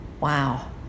wow